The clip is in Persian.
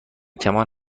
کمان